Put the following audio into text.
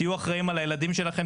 תהיו אחראים על הילדים שלכם,